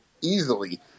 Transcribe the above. easily